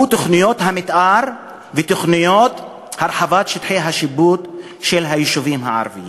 הוא תוכניות המתאר ותוכניות הרחבת שטחי השיפוט של היישובים הערביים.